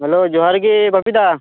hello ᱡᱚᱦᱟᱨᱜᱮ ᱵᱟᱯᱤ ᱫᱟ